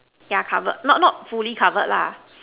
yeah covered not not fully covered lah